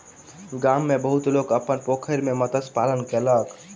गाम में बहुत लोक अपन पोखैर में मत्स्य पालन कयलक